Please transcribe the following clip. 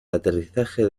aterrizaje